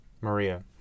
Maria